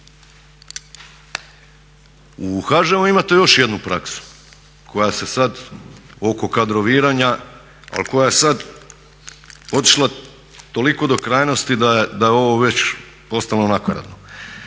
U HŽ-u imate još jednu praksu oko kadroviranja a koja sada otišla toliko do krajnosti da je već postalo nakaradno.